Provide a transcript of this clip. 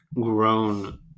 grown